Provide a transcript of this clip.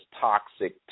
toxic